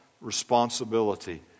responsibility